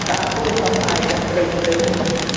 साफो सफाइ रखैत छै